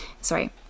sorry